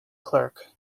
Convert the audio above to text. clerk